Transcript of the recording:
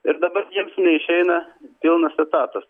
ir dabar jiems neišeina pilnas etatas